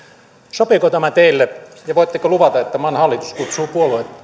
sopiiko tämä teille ja voitteko luvata että maan hallitus kutsuu puolueet